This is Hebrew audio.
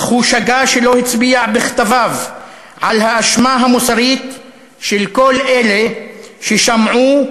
אך הוא שגה כשלא הצביע בכתביו על האשמה המוסרית של כל אלה ששמעו,